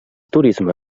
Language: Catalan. turisme